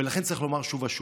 ולכן צריך לומר שוב ושוב: